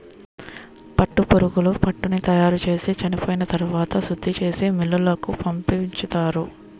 పట్టుపురుగులు పట్టుని తయారుచేసి చెనిపోయిన తరవాత శుద్ధిచేసి మిల్లులకు పంపించుతారు